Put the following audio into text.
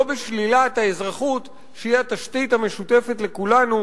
לא בשלילת האזרחות שהיא התשתית המשותפת לכולנו